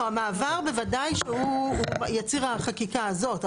לא, המעבר הוא בוודאי שהוא יציר החקיקה הזאת.